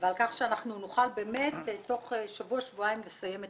ועל כך שאנחנו נוכל באמת תוך שבוע-שבועיים לסיים את